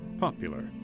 popular